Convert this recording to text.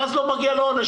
ואז לא מגיע לו עונש.